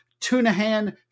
Tunahan